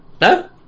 No